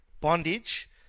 bondage